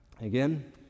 Again